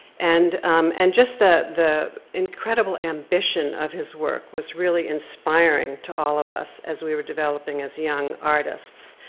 and and just the the incredible ambition of his work was really inspiring to all of us as we were developing as young artists.